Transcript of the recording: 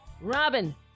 Robin